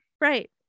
Right